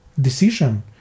decision